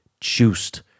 juiced